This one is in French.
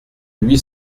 huit